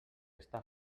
està